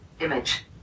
Image